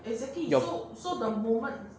your okay